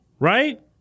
right